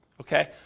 Okay